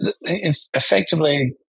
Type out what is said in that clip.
effectively